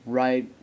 right